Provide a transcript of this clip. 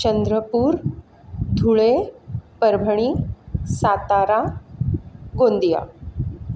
Chandrapur Dhule Parbhani Satara Gondia